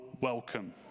welcome